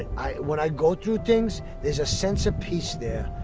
i would i go through things there's a sense of peace they're,